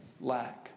lack